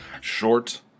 short